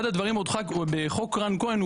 אחד הדברים עוד בחוק רן כהן,